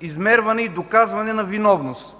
измерване и доказване на виновност.